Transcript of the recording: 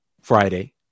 Friday